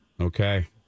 Okay